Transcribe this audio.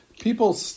people